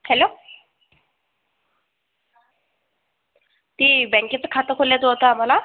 hello ती बॅंकेचं खातं खोलायचं होतं आम्हाला